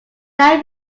died